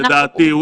לדעתי,